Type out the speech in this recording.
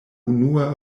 unua